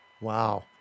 Wow